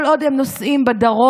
כל עוד הם נוסעים לדרום,